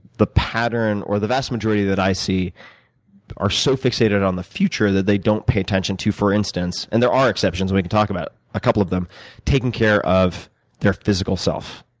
the pattern, or the vast majority that i see are so fixated on the future, that they don't pay attention to for instance and there are exceptions, and we can talk about a couple of them taking care of their physical self.